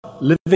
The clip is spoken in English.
living